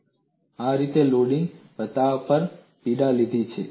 મેં આ રીતે લોડિંગ બતાવવા માટે પીડા લીધી છે